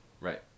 Right